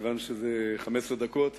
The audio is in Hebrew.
מכיוון שזה 15 דקות,